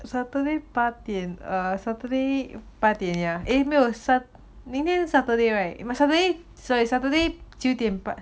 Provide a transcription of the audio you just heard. saturday 八点 err saturday 八点 yah 没有 saturday 明天是 saturday right but saturday sorry saturday 几点版